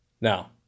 Now